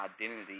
identity